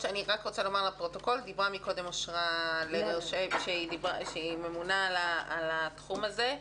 דיברה קודם אושרה לרר שהיא הממונה על התחום הזה.